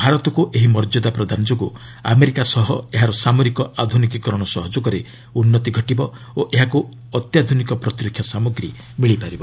ଭାରତକୁ ଏହି ମର୍ଯ୍ୟାଦା ପ୍ରଦାନ ଯୋଗୁ ଆମେରିକା ସହ ଏହାର ସାମରିକ ଆଧୁନିକୀକରଣ ସହଯୋଗରେ ଉନ୍ନତି ଘଟିବ ଓ ଏହାକୁ ଅତ୍ୟାଧୁନିକ ପ୍ରତିରକ୍ଷା ସାମଗ୍ରୀ ମିଳିପାରିବ